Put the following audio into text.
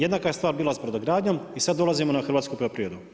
Jednaka je stvar bila s brodogradnjom i sad dolazimo na hrvatsku poljoprivredu.